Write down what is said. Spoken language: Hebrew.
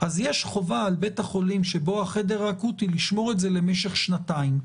אז יש חובה על בית החולים שבו החדר האקוטי לשמור את זה למשך שנתיים.